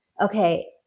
okay